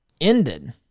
ended